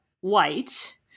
white